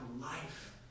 life